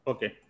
Okay